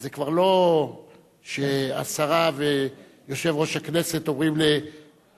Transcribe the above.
אז זה כבר לא שהשרה ויושב-ראש הכנסת אומרים לא,